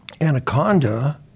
Anaconda